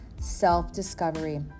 self-discovery